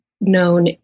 known